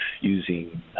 using